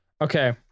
Okay